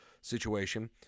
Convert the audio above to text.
situation